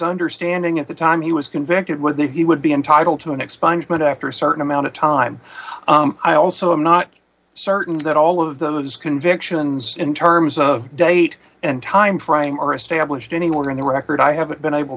understanding at the time he was convicted would that he would be entitled to an expungement after a certain amount of time i also i'm not certain that all of those convictions in terms of date and time frame are established anywhere in the record i haven't been able